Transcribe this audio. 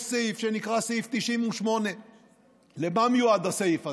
יש סעיף שנקרא סעיף 98. למה מיועד הסעיף הזה?